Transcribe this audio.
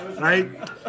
right